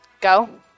Go